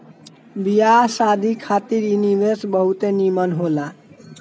बियाह शादी खातिर इ निवेश बहुते निमन होला